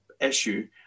issue